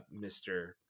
Mr